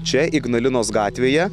čia ignalinos gatvėje